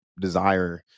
desire